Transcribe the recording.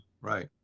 right